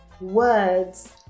words